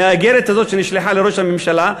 של האיגרת הזאת שנשלחה לראש הממשלה,